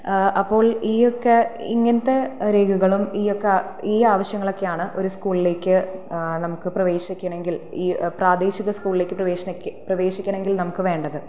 അപ്പോൾ ഈയൊക്കെ ഇങ്ങനത്തെ രേഖകളും ഈയൊക്കെ ഈ ആവിശ്യങ്ങളൊക്കെയാണ് ഒരു സ്കൂളിലേക്ക് നമുക്ക് പ്രവേശിക്കണമെങ്കിൽ ഈ പ്രാദേശിക സ്കൂൾ പ്രവേശനയ്ക്ക് പ്രവേശിക്കണമെങ്കിൽ നമുക്ക് വേണ്ടത്